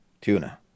tuna